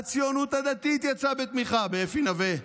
הציונות הדתית יצאה בתמיכה באפי נוה,